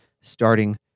starting